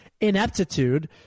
ineptitude